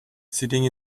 sitting